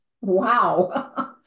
Wow